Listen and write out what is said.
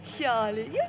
Charlie